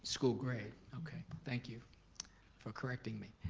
school grade, okay, thank you for correcting me.